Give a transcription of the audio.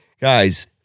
guys